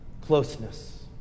closeness